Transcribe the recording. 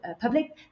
public